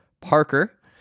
Parker